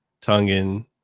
Tongan